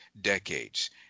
decades